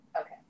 Okay